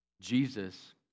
Jesus